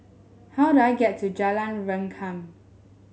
how do I get to Jalan Rengkam